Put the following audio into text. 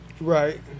right